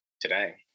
today